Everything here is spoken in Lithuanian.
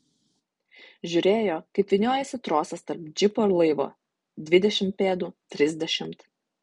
žiūrėjo kaip vyniojasi trosas tarp džipo ir laivo dvidešimt pėdų trisdešimt